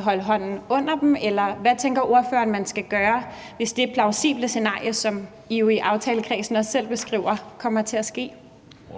holde hånden under dem, eller hvad tænker ordføreren man skal gøre, hvis det plausible scenarie, som I jo i aftalekredsen også selv beskriver, kommer til at ske?